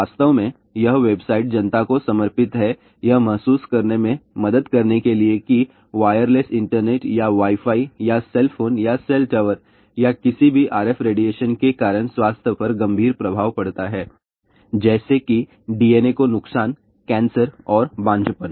वास्तव में यह वेबसाइट जनता को समर्पित है यह महसूस करने में मदद करने के लिए कि वायरलेस इंटरनेट या वाई फाई या सेल फोन या सेल टॉवर या किसी भी RF रेडिएशन के कारण स्वास्थ्य पर गंभीर प्रभाव पड़ता है जैसे कि DNA को नुकसान कैंसर और बांझपन